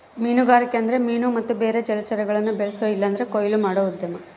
ಮೀನುಗಾರಿಕೆ ಅಂದ್ರ ಮೀನು ಮತ್ತೆ ಬೇರೆ ಜಲಚರಗುಳ್ನ ಬೆಳ್ಸೋ ಇಲ್ಲಂದ್ರ ಕೊಯ್ಲು ಮಾಡೋ ಉದ್ಯಮ